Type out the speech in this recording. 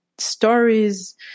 stories